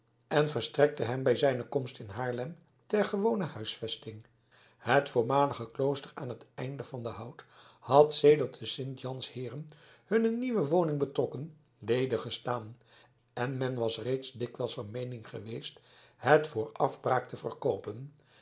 en verstrekte hem bij zijne komst in haarlem ter gewone huisvesting het voormalige klooster aan het einde van den hout had sedert de sint jans heeren hunne nieuwe woning betrokken ledig gestaan en men was reeds dikwijls van meening geweest het voor afbraak te verkoopen